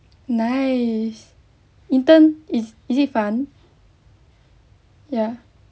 nice intern is is it fun ya